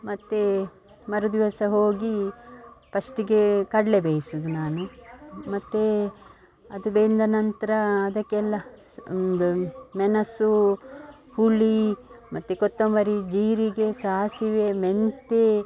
ಮತ್ತು ಮರುದಿವಸ ಹೋಗಿ ಫಸ್ಟಿಗೇ ಕಡಲೆ ಬೇಯಿಸುವುದು ನಾನು ಮತ್ತು ಅದು ಬೆಂದ ನಂತರ ಅದಕ್ಕೆಲ್ಲಾ ಮೆಣಸು ಹುಳಿ ಮತ್ತು ಕೊತ್ತಂಬರಿ ಜೀರಿಗೆ ಸಾಸಿವೆ ಮೆಂತ್ಯೆ